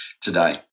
today